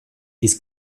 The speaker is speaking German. dies